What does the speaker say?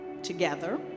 Together